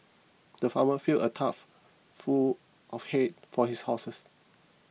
the farmer filled a trough full of hay for his horses